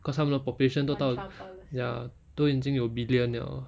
cause 他们的 population 都到 ya 都已经有 billion liao